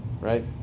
right